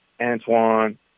Antoine